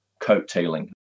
coattailing